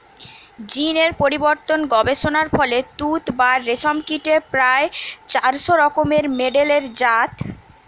জীন এর পরিবর্তন গবেষণার ফলে তুত বা রেশম কীটের প্রায় চারশ রকমের মেডেলের জাত পয়া যাইছে